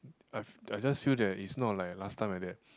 I I just feel that is not like last time like that